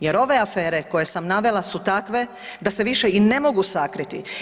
Jer ove afere koje sam navela su takve da se više i ne mogu sakriti.